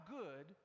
good